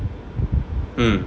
mm